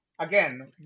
Again